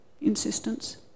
insistence